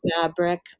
fabric